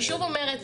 אני שוב אומרת,